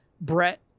Brett